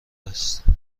است